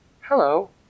Hello